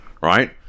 right